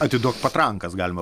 atiduok patrankas galima